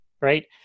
right